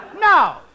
No